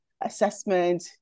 assessment